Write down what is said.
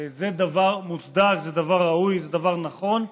זה דבר מוצדק, זה דבר ראוי, זה דבר נכון.